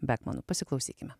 bekmanu pasiklausykime